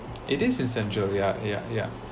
it is essential ya ya ya